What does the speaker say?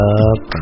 up